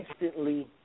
instantly